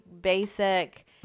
basic